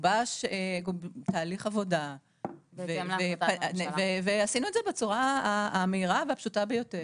גובש תהליך עבודה ועשינו את זה בצורה המהירה והפשוטה ביותר.